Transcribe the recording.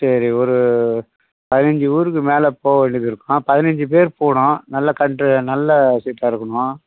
சரி ஒரு பதினஞ்சு ஊருக்கு மேலே போகவேண்டியது இருக்கும் பதினஞ்சு பேர் போகணும் நல்ல கண்ட நல்ல சீட்டாக இருக்கணும்